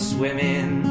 Swimming